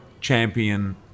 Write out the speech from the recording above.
champion